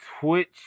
Twitch